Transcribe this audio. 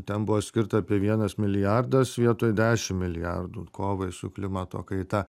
ten buvo skirta apie vienas milijardas vietoj dešim milijardų kovai su klimato kaita